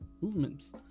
movements